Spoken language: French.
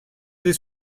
des